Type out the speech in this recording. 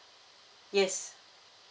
yes